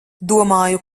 domāju